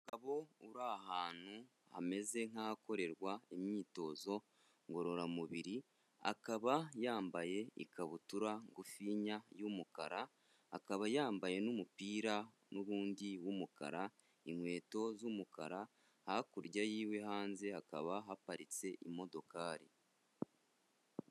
Umugabo uri ahantu hameze nk'ahakorerwa imyitozo ngororamubiri, akaba yambaye ikabutura ngufinya y'umukara, akaba yambaye n'umupira n'ubundi w'umukara, inkweto z'umukara, hakurya yiwe hanze hakaba haparitse imodokari.